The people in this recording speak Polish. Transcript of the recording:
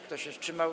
Kto się wstrzymał?